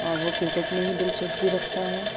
اور وہ کرکٹ میں ہی دلچسپی رکھتا ہے